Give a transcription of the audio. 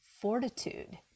fortitude